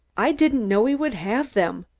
i didn't know he would have them,